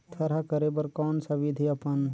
थरहा करे बर कौन सा विधि अपन?